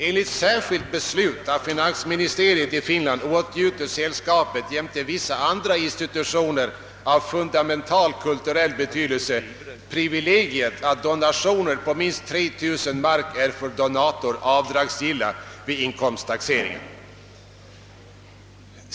Enligt särskilt beslut av finansministeriet i Finland åtnjuter sällskapet, jämte vissa andra institutioner av fundamental kulturell betydelse, privilegiet att donationer på minst 3 000 mark är för donator avdragsgilla vid inkomsttaxeringen.